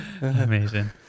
Amazing